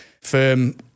firm